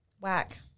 Whack